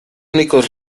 únicos